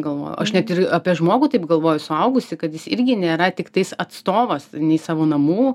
galvojau aš net ir apie žmogų taip galvoju suaugusį kad jis irgi nėra tiktais atstovas nei savo namų